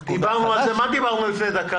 קובע חדש --- מה דיברנו לפני דקה,